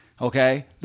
Okay